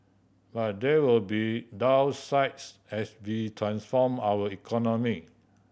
but there will be downsides as we transform our economy